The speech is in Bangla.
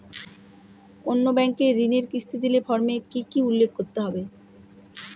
অন্য ব্যাঙ্কে ঋণের কিস্তি দিলে ফর্মে কি কী উল্লেখ করতে হবে?